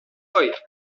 oye